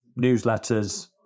newsletters